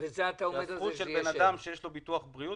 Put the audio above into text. זאת הזכות של בן אדם שיש לו ביטוח בריאות